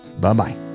Bye-bye